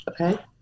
Okay